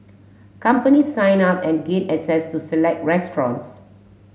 companies sign up and gain access to select restaurants